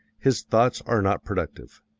his thoughts are not productive.